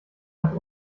hat